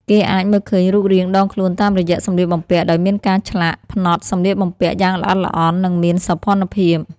គេអាចមើលឃើញរូបរាងដងខ្លួនតាមរយៈសម្លៀកបំពាក់ ដោយមានការឆ្លាក់ ផ្នត់សម្លៀកបំពាក់ យ៉ាងល្អិតល្អន់ និងមានសោភ័ណភាព។